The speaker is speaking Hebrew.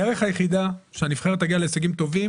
הדרך היחידה שהנבחרת תגיע להישגים טובים,